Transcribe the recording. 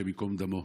השם ייקום דמו.